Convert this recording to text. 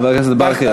חבר הכנסת ברכה,